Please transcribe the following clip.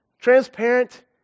transparent